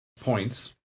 points